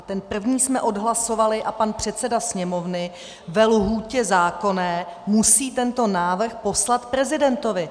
Ten první jsme odhlasovali a pan předseda Sněmovny v zákonné lhůtě musí tento návrh poslat prezidentovi.